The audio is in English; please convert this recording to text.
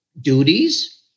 duties